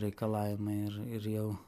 reikalavimai ir ir jau